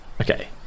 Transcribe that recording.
Okay